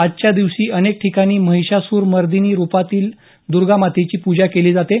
आजच्या दिवशी अनेक ठिकाणी महिषासुर मर्दिनी रुपातील दुर्गामातेची पूजा केली जाते